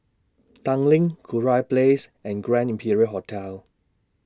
Tanglin Kurau Place and Grand Imperial Hotel